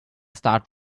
start